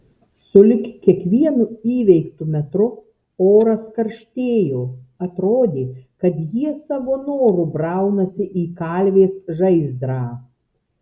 sulig kiekvienu įveiktu metru oras karštėjo atrodė kad jie savo noru braunasi į kalvės žaizdrą